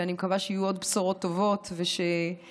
ואני מקווה שיהיו עוד בשורות טובות ושאפשר